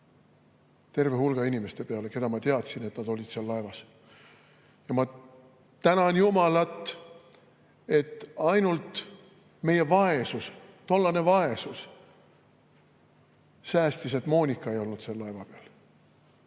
terve hulga inimeste peale, keda ma teadsin, kes olid seal laevas. Ja ma tänan Jumalat, et ainult meie tollane vaesus säästis, et Moonika ei olnud seal laeva peal,